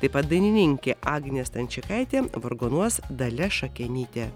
taip pat dainininkė agnė stančikaitė vargonuos dalia šakenytė